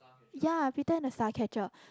yea Peter and the Starcatcher